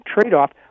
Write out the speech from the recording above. trade-off